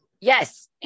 Yes